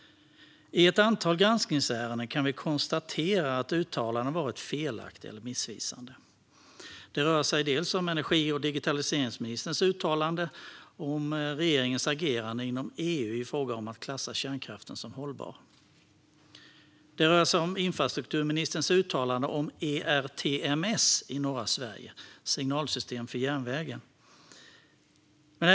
I ett antal granskningsärenden kan vi konstatera att uttalanden har varit felaktiga eller missvisande. Det rör sig bland annat om energi och digitaliseringsministerns uttalande om regeringens agerande inom EU i fråga om att klassa kärnkraften som hållbar. Det rör sig om infrastrukturministerns uttalande om ERTMS, signalsystemet för järnvägen, i norra Sverige.